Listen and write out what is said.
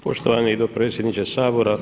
Poštovani dopredsjedniče Sabora.